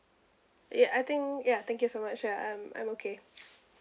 ya I think ya thank you so much ya I'm I'm okay